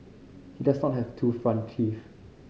he does not have two front teeth